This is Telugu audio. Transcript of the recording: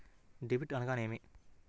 డెబిట్ అనగానేమి?